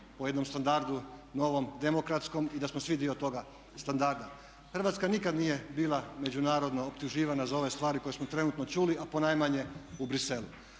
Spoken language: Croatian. u jednom standardu novom demokratskom i da smo svi dio toga standarda. Hrvatska nikad nije bila međunarodno optuživana za ove stvari koje smo trenutno čuli, a ponajmanje u Bruxellesu.